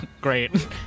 Great